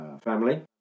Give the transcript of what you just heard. family